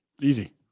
Easy